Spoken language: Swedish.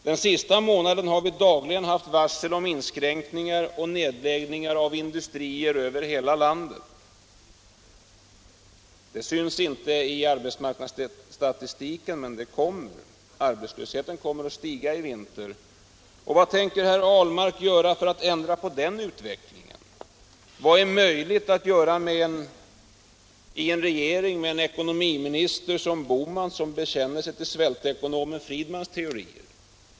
Den senaste månaden har vi dagligen kunnat notera varsel om inskränkningar och nedläggningar av industrier över hela landet. Det syns inte i arbetsmarknadsstatistiken, men arbetslösheten kommer att stiga i vinter. Vad tänker herr Ahlmark göra för att ändra på den utvecklingen? Vad är möjligt att göra i en regering med en ekonomiminister som Gösta Bohman, som bekänner sig till svältekonomen Friedmans teorier?